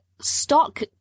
stock